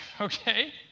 okay